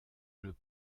jeux